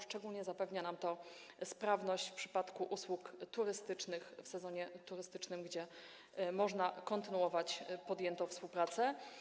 Szczególnie zapewnia nam to sprawność w przypadku usług turystycznych w sezonie turystycznym, gdy można kontynuować podjętą współpracę.